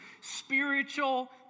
spiritual